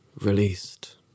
released